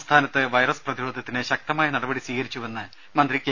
സംസ്ഥാനത്ത് വൈറസ് പ്രതിരോധത്തിന് ശക്തമായ നടപടി സ്വീകരിച്ചതായി മന്ത്രി കെ